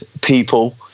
people